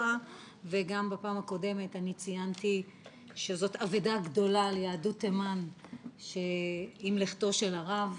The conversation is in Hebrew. גם בפעם הקודמת אני ציינתי שזאת אבדה גדולה ליהדות תימן עם לכתו של הרב.